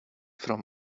from